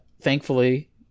thankfully